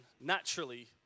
naturally